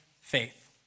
faith